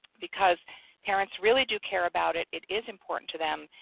because parents really do care about it, it is important to them,